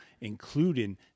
including